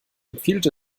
empfiehlt